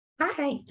Hi